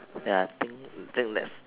ya thing thing